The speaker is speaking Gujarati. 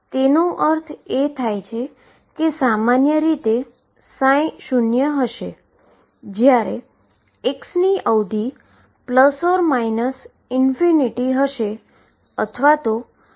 મારો અર્થ એ છે કે હું તમને કહું છું કે આઈગન ફંક્શનને દર્શવવાની ક્વોલીટેટીવ રીત છે